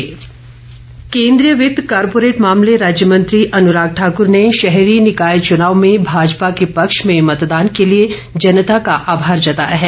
अन्राग ठाकुर केंद्रीय वित्त कारपोरेट मामले राज्य मंत्री अनुराग ठाक्र ने शहरी निकाय चुनाव में भाजपा के पक्ष में मतदान के लिए जनता का आभार जताया है